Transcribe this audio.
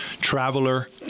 traveler